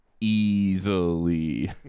easily